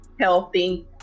healthy